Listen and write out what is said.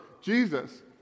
Jesus